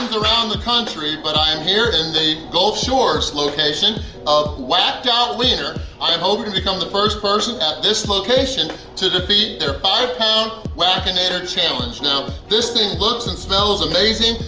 and around the country, but i am here in the gulf shores location of whacked out wiener. i am hoping to become the first person at this location to defeat their five pound wackinator challenge! now this thing looks and smells amazing,